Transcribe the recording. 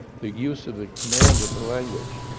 the use of the command of the language,